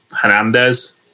Hernandez